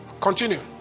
Continue